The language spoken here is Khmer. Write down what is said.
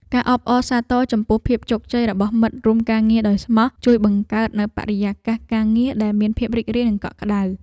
ការអបអរសាទរចំពោះភាពជោគជ័យរបស់មិត្តរួមការងារដោយស្មោះ ជួយបង្កើតនូវបរិយាកាសការងារដែលមានភាពរីករាយនិងកក់ក្តៅ។